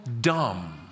dumb